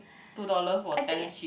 two dollar for ten sheet